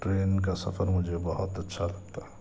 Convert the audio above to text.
train کا سفر مجھے بہت اچھا لگتا